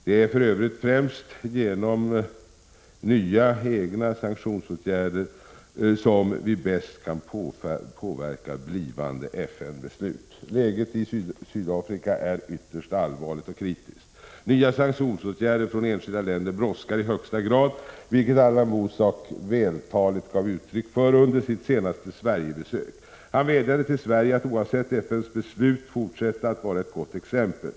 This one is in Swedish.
Det är för övrigt främst genom nya egna sanktionsåtgärder som vi kan påverka framtida FN-beslut. Läget i Sydafrika är ytterst allvarligt och kritiskt. Nya sanktionsåtgärder från enskilda länder brådskar i högsta grad, vilket Allan Boesak vältaligt gav uttryck för under sitt senaste Sverigebesök. Han vädjade till Sverige att — Prot. 1986/87:17 oavsett FN:s beslut fortsätta att vara ett gott exempel.